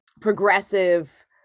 progressive